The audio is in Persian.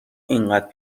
اینقدر